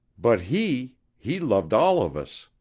but he he loved all of us.